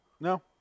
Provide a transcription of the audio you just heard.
No